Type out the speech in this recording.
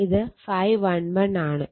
ഇത് ∅11 ആണ്